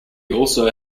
also